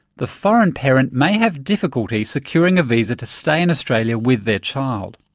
the foreign parent may have difficulty securing a visa to stay in australia with their child.